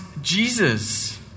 Jesus